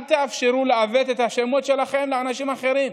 אל תאפשרו לעוות את השמות שלכם לשמות אחרים.